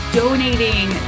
donating